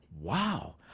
wow